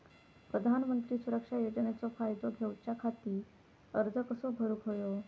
प्रधानमंत्री सुरक्षा योजनेचो फायदो घेऊच्या खाती अर्ज कसो भरुक होयो?